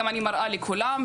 גם אני מראה לכולם,